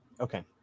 Okay